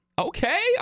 Okay